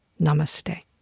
Namaste